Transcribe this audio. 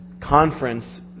conference